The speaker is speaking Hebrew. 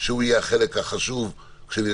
שהוא יהיה החלק החשוב כשנרד